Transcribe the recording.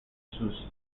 sus